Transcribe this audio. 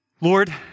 Lord